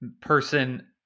person